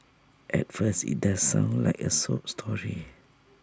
at first IT does sound like A sob story